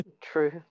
True